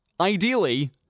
ideally